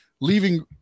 leaving